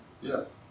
Yes